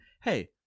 Hey